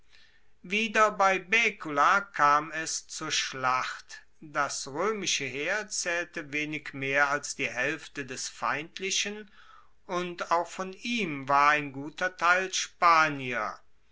wieder bei baecula kam es zur schlacht das roemische heer zaehlte wenig mehr als die haelfte des feindlichen und auch von ihm war ein guter teil spanier